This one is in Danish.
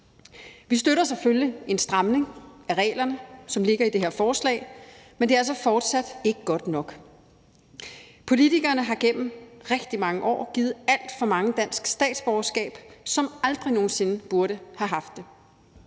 Vi støtter selvfølgelig en stramning af reglerne, som ligger i det her forslag, men det er så fortsat ikke godt nok. Politikerne har gennem rigtig mange år givet alt for mange dansk statsborgerskab, som aldrig nogen sinde burde have haft det.